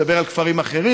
אני מדבר על כפרים אחרים.